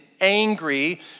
angry